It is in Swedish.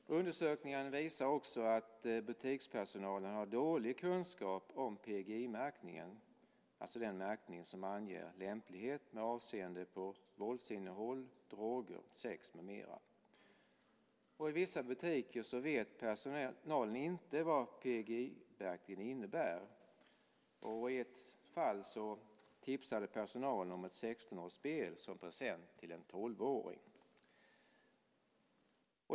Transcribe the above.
Undersökningen visar också att butikspersonalen har dålig kunskap om PEGI-märkningen, den märkning som anger lämplighet med avseende på våldsinnehåll, droger, sex med mera. I vissa butiker vet personalen inte vad PEGI-märkningen innebär. I ett fall tipsade personalen om ett spel avsett för 16-åringar som present till en tolvåring.